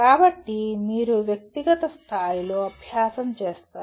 కాబట్టి మీరు వ్యక్తిగత స్థాయిలో అభ్యాసం చేస్తారు